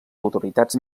autoritats